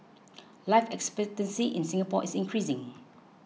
life expectancy in Singapore is increasing